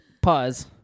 Pause